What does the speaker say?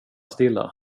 stilla